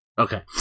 Okay